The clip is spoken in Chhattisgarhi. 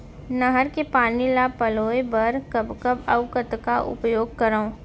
नहर के पानी ल पलोय बर कब कब अऊ कतका उपयोग करंव?